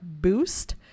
boost